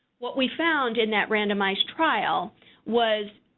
what we found in that randomized trial was,